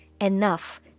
Enough